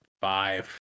Five